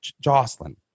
Jocelyn